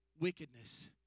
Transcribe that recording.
wickedness